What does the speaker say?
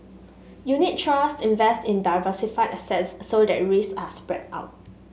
unit trust invest in diversified assets so that risks are spread out